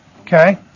okay